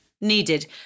needed